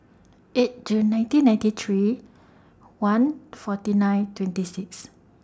eight June nineteen ninety three one forty nine twenty six